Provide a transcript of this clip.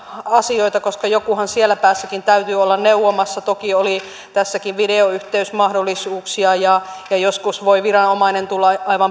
asioita koska jonkunhan siellä päässäkin täytyy olla neuvomassa toki oli tässäkin videoyhteysmahdollisuuksia ja joskus voi viranomainen tulla aivan